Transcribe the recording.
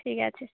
ঠিক আছে